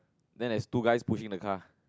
then there's two guys pushing the car